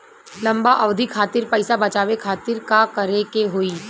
लंबा अवधि खातिर पैसा बचावे खातिर का करे के होयी?